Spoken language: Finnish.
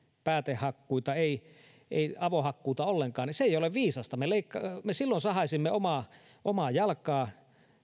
päätehakkuita tai avohakkuuta ollenkaan ei ole viisasta silloin sahaisimme omaa omaa jalkaamme